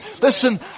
Listen